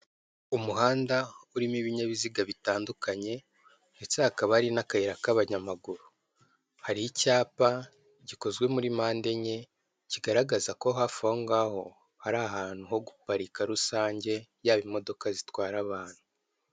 Umuhanda urimo ibinyabiziga bitandukanye ndetse hakaba hari n'akayira k'abanyamaguru. Hari icyapa gikozwe muri mpande enye, kigaragaza ko hafi aho ngaho hari ahantu ho guparika rusange, yaba imodoka zitwara abantu.